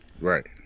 Right